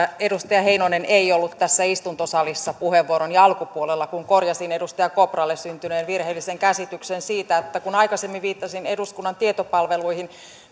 edustaja heinonen ei ollut tässä istuntosalissa puheenvuoroni alkupuolella kun korjasin edustaja kopralle syntyneen virheellisen käsityksen kun aikaisemmin viittasin eduskunnan tietopalveluihin